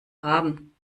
haben